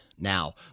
Now